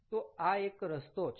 તો આ એક રસ્તો છે